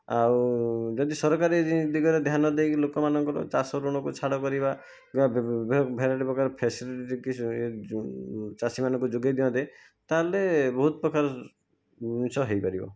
ଆଉ ଯଦି ସରକାର ଏ ଦିଗରେ ଧ୍ୟାନ ଦେଇକି ଲୋକମାନଙ୍କର ଚାଷ ଋଣକୁ ଛାଡ଼ କରିବା ଭେରାଇଟି ପ୍ରକାର ଫେସିଲିଟି ଚାଷୀମାନଙ୍କୁ ଯୋଗାଇ ଦିଅନ୍ତେ ତା'ହେଲେ ବହୁତପ୍ରକାର ଜିନିଷ ହୋଇପାରିବ